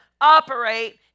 operate